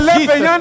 Jesus